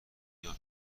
اشنا